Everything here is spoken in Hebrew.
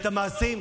את המעשים?